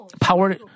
power